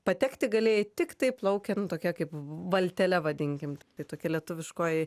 patekti galėjai tiktai plaukiant tokia kaip valtele vadinkim tai tokia lietuviškoji